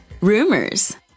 Rumors